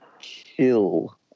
kill